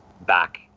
back